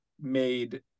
made